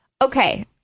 Okay